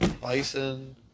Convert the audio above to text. bison